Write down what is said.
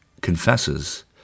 confesses